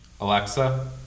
Alexa